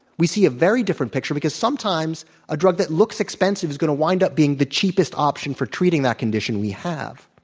we see a very different picture, because sometimes a drug that looks expensive is going to wind up being the cheapest option for treating that condition we have.